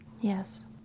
Yes